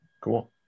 cool